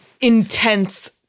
intense